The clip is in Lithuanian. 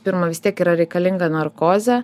pirma vis tiek yra reikalinga narkozė